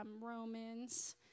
Romans